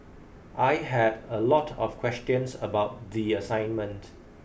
I had a lot of questions about the assignment